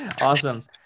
Awesome